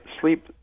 sleep